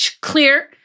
clear